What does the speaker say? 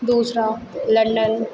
दूसरा लंडन